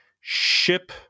ship